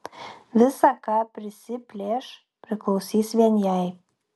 visa ką prisiplėš priklausys vien jai